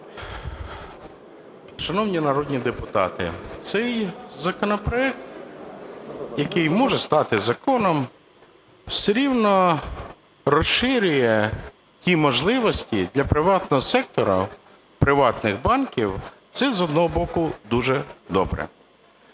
Шановні народні депутати, цей законопроект, який може стати законом, все рівно розширює ті можливості для приватного сектору приватних банків. Це, з одного боку, дуже добре.